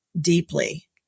deeply